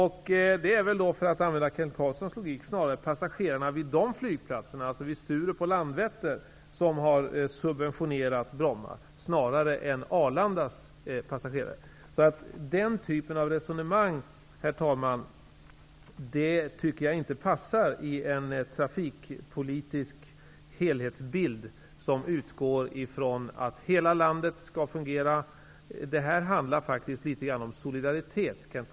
För att använda sig av Kent Carlssons logik är det alltså passagerarna vid Sturups och Landvetters flygplatser som har subventionerat Bromma snarare än passagerarna på Arlanda. Herr talman! Jag tycker inte att den här typen av resonemang passar i en trafikpolitisk helhetsbild, som skall utgå från att hela landet skall fungera. Det här handlar litet grand om solidaritet, Kent